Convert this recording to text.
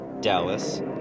Dallas